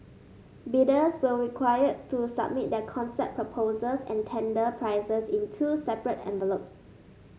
bidders were required to submit their concept proposals and tender prices in two separate envelopes